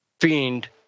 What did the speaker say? fiend